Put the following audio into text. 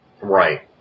Right